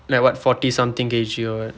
like what forty something K_G or what